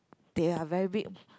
they are very